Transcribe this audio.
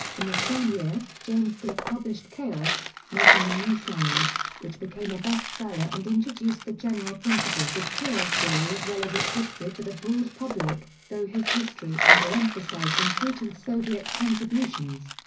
in the same year, james gleick published chaos making a new science, which became a best-seller and introduced the general principles of chaos theory as well as its history to the broad public, though his history under-emphasized important soviet contributions.